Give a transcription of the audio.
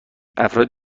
افراد